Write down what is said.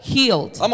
healed